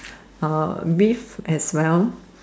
oh beef as well